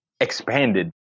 expanded